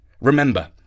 Remember